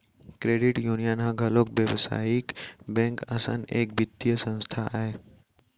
credit union ह घलोक बेवसायिक बेंक असन एक बित्तीय संस्था आय